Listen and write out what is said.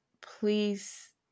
Please